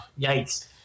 yikes